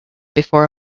before